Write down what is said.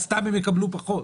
תתקדמו עם ההקראה.